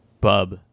Bub